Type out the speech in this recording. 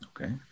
Okay